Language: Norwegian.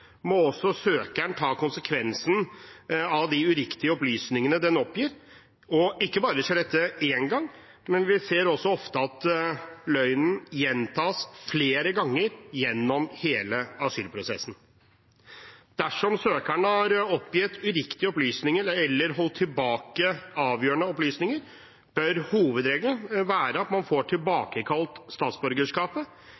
må også søkeren ta konsekvensen av de uriktige opplysningene den oppgir. Dette skjer ikke bare én gang, vi ser også ofte at løgnen gjentas flere ganger gjennom hele asylprosessen. Dersom søkeren har oppgitt uriktige opplysninger eller holdt tilbake avgjørende opplysninger, bør hovedregelen være at man får